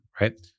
right